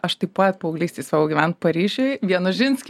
aš taip pat paauglystėj svajojau gyvent paryžiuje vienožinsky